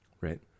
right